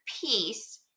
piece